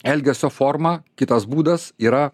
elgesio forma kitas būdas yra